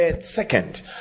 Second